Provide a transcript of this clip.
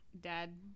dad